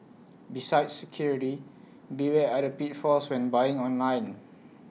besides security beware other pitfalls when buying online